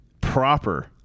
proper